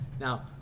Now